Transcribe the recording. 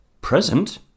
present